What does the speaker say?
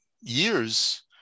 years